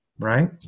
right